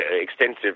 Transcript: extensive